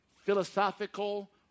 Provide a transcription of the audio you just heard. philosophical